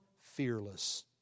Fearless